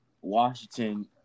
Washington